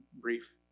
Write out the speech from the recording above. brief